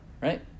Right